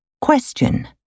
Question